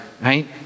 right